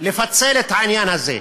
לפצל את העניין הזה,